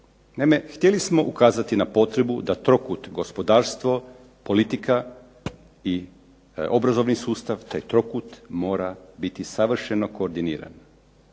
htjeli smo ukazati na potrebu da trokut gospodarstvo, politika i obrazovni sustav taj trokut mora biti savršeno koordiniran.